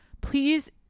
please